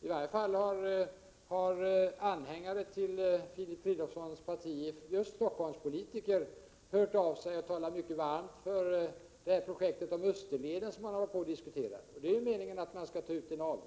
I varje fall har anhängare till Filip Fridolfssons parti, bl.a. Stockholmspolitiker, hört av sig och talat mycket varmt för projektet Österleden, som man håller på att diskutera. Där är det meningen att en avgift skall tas